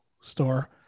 store